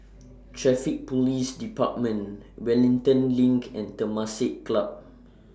Traffic Police department Wellington LINK and Temasek Club